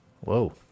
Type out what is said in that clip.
Whoa